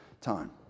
time